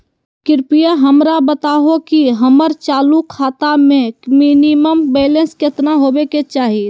कृपया हमरा बताहो कि हमर चालू खाता मे मिनिमम बैलेंस केतना होबे के चाही